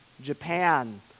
Japan